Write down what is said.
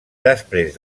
després